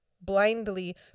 blindly